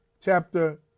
chapter